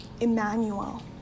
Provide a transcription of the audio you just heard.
Emmanuel